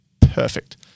perfect